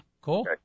cool